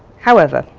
however,